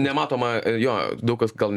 nematoma jo daug kas gal